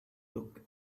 look